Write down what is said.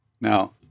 now